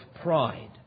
pride